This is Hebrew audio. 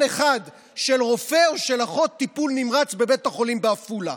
אחד של רופא או של אחות טיפול נמרץ בבית החולים בעפולה.